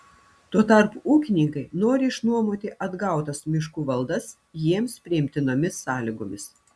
tuo tarpu ūkininkai nori išnuomoti atgautas miškų valdas jiems priimtinomis sąlygomis